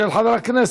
של חברי הכנסת